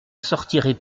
sortirez